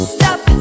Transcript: Stop